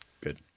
good